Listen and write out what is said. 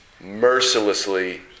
mercilessly